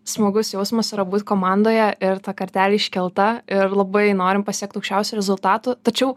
smagus jausmas yra būt komandoje ir ta kartelė iškelta ir labai norim pasiekt aukščiausių rezultatų tačiau